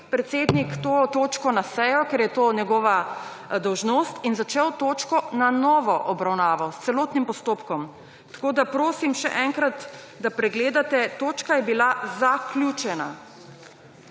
predsednik to točko na sejo, ker je to njegova dolžnost, in začel točko na novo obravnavo s celotnim postopkom. Tako, da prosim še enkrat, da pregledate. Točka je bila zaključena.